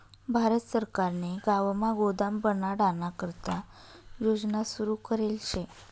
भारत सरकारने गावमा गोदाम बनाडाना करता योजना सुरू करेल शे